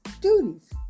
duties